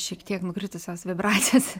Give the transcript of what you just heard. šiek tiek nukritusios vibracijos